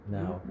now